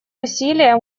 усилия